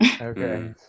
okay